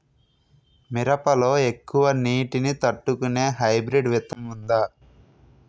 మిరప లో ఎక్కువ నీటి ని తట్టుకునే హైబ్రిడ్ విత్తనం వుందా?